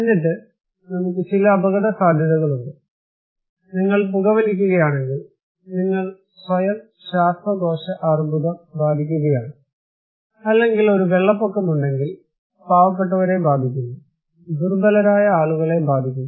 എന്നിട്ട് ഞങ്ങൾക്ക് ചില അപകടസാധ്യതകളുണ്ട് നിങ്ങൾ പുകവലിക്കുകയാണെങ്കിൽ നിങ്ങൾ സ്വയം ശ്വാസകോശ അർബുദം ബാധിക്കുകയാണ് അല്ലെങ്കിൽ ഒരു വെള്ളപ്പൊക്കം ഉണ്ടെങ്കിൽ പാവപ്പെട്ടവരെ ബാധിക്കുന്നു ദുർബലരായ ആളുകളെ ബാധിക്കും